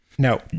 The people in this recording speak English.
No